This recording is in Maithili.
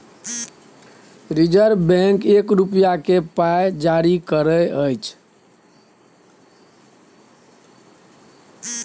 रिजर्ब बैंक एक रुपाक पाइ सेहो जारी करय छै